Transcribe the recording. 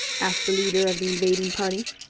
asked the leader of the invading party.